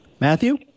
Matthew